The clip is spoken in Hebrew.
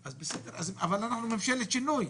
אבל זאת ממשלת שינוי,